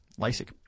LASIK